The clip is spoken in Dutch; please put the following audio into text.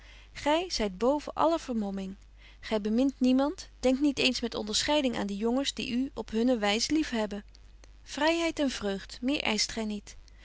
burgerhart zyt boven alle vermomming gy bemint niemand denkt niet eens met onderscheiding aan die jongens die u op hunne wys lief hebben vryheid en vreugd meer eischt gy niet